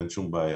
אין שום בעיה.